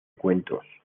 cuentos